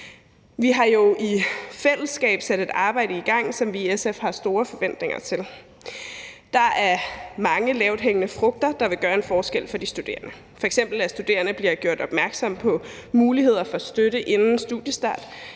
Vi har jo i fællesskab sat et arbejde i gang, som vi i SF har store forventninger til. Der er mange lavthængende frugter, der vil gøre en forskel for de studerende, f.eks. at studerende bliver gjort opmærksomme på muligheder for støtte inden studiestart,